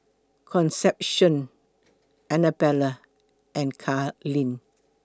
Concepcion Anabella and Carleen